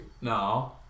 No